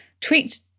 tweaked